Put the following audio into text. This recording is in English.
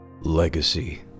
Legacy